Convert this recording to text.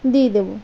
দিয়ে দেবো